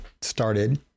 started